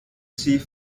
sie